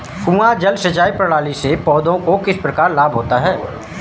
कुआँ जल सिंचाई प्रणाली से पौधों को किस प्रकार लाभ होता है?